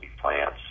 plants